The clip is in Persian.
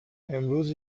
امروز